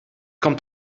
kommt